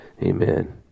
Amen